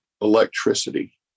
electricity